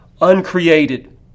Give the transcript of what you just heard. uncreated